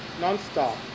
non-stop